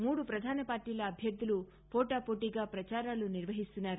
మూడు ప్రధాన పార్టీల అభ్యర్దులు పోటాపోటీగా ప్రచారాలు నిర్వహిస్తున్నారు